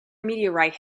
meteorite